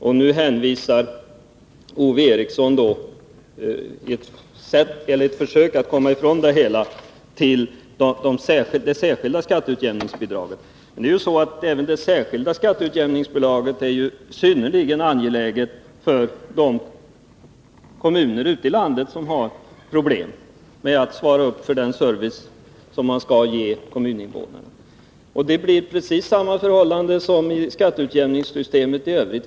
Ove Eriksson hänvisar, i ett försök att komma ifrån det hela, till det särskilda skatteutjämningsbidraget. Men även det bidraget är synnerligen viktigt för de kommuner ute i landet som har problem när det gäller att svara för den service de skall ge Nr 28 kommuninvånarna. Det blir precis samma förhållande. Tar man bort detta Onsdagen den blir resultatet detsamma som om man rör skatteutjämningssystemet i övrigt.